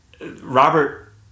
Robert